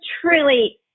truly